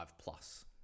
plus